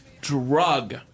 drug